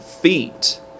feet